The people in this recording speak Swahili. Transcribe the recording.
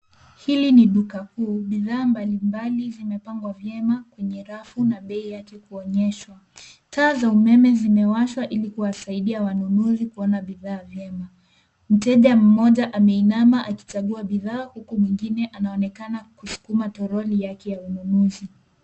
Hili ni duka kuu. Bidhaa mbalimbali zimepangwa vyema kwenye rafu na bei yake kuonyeshwa. Taa za umeme zimewashwa ili kuwasaidia wanunuzi kuona bidhaa vyema. Mteja mmoja ameinama akichagua bidhaa, huku mwingine anaonekana kusukuma toroli yake ya ununuzi.